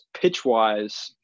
pitch-wise